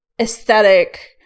aesthetic